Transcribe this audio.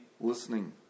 listening